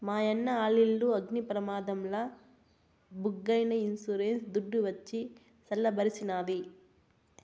మాయన్న ఆలిల్లు అగ్ని ప్రమాదంల బుగ్గైనా ఇన్సూరెన్స్ దుడ్డు వచ్చి సల్ల బరిసినాది